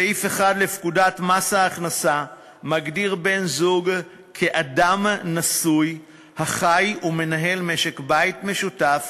סעיף 1 לפקודת מס הכנסה מגדיר בן-זוג "אדם נשוי החי ומנהל משק בית משותף